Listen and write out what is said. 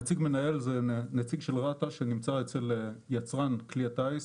נציג מנהל זה נציג של רת"א שנמצא אצל יצרן כלי הטיס.